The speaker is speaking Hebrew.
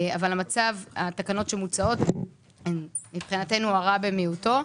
אבל התקנות שמוצעות הן מבחינתנו הרע במיעוטו.